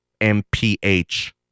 mph